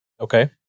Okay